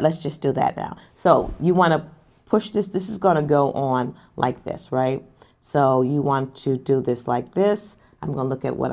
let's just do that now so you want to push this this is going to go on like this right so you want to do this like this i'm going look at what i